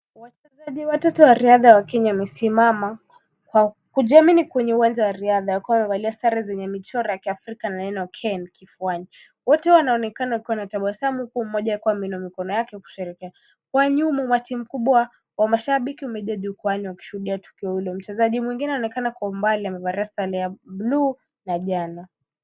Wachezaji watatu wa riadha wa Kenya wamesimama, kwa kujamini kwenye uwanja wa riadha kuwa waliostara zenye michoro ya Kiafrika na neno KEN kifuani. Wote wanaonekana kuwa na tabasamu mmoja akiwa ameinua mikono yake kusherehekea. Kwa nyuma, umati mkubwa wa mashabiki wamejaa jukuani kushuhudia tukio hilo. Mchezaji mwingine anaonekana kuwa mbali amevaa sare ya blu na njano.